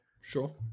Sure